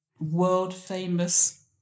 world-famous